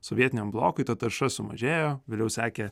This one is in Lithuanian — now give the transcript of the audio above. sovietiniam blokui ta tarša sumažėjo vėliau sekė